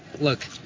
look